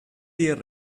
dear